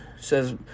Says